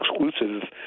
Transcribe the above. exclusive